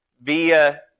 via